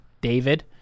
David